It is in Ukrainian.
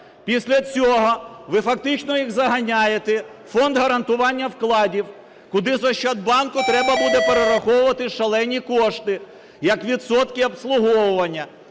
Після цього ви фактично їх заганяєте у Фонд гарантування вкладів, куди з Ощадбанку треба буде перераховувати шалені кошти, як відсотки обслуговування,